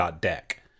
deck